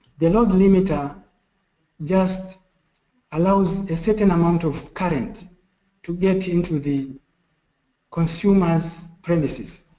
the load limiter just allows a certain amount of current to get into the consumer's premises.